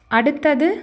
அடுத்தது